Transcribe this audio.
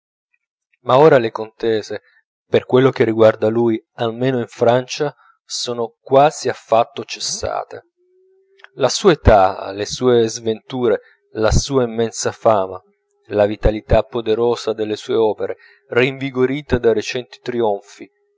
ma ora le contese per quello che riguarda lui almeno in francia sono quasi affatto cessate la sua età le sue sventure la sua immensa fama la vitalità poderosa delle sue opere rinvigorita da recenti trionfi